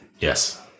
Yes